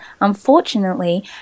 unfortunately